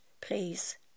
please